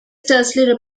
tersely